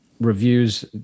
reviews